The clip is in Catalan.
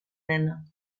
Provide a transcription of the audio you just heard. mena